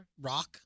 Rock